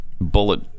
Bullet